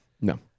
No